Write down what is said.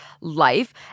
life